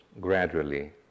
gradually